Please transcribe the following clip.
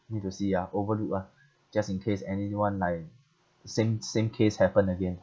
need to see ah overlook ah just in case anyone like the same same case happen again